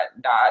dot